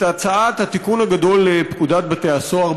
את הצעת התיקון הגדול לפקודת בתי הסוהר.